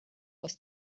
aus